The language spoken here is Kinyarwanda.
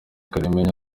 kalimpinya